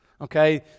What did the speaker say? Okay